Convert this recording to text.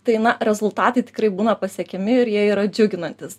tai na rezultatai tikrai būna pasiekiami ir jie yra džiuginantys